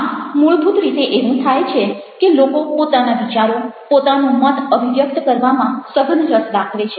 આમ મૂળભૂત રીતે એવું થાય છે કે લોકો પોતાના વિચારો પોતાનો મત અભિવ્યક્ત કરવામાં સઘન રસ દાખવે છે